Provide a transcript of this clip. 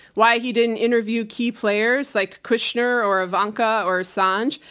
why he didn't interview key players like kushner or ivanka or assange,